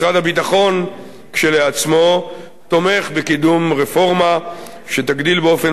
משרד הביטחון כשלעצמו תומך בקידום רפורמה שתגדיל באופן